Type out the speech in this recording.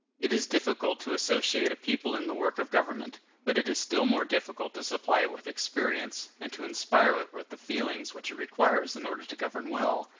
it is difficult to associate a people in the work of government but it is still more difficult to supply it with experience, and to inspire it with the feelings which it requires in order to govern well.